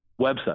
Website